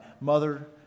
mother